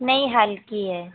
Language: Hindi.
नहीं हल्की है